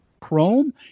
Chrome